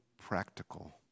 practical